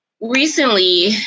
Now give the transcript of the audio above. recently